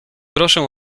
proszę